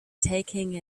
taking